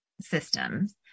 systems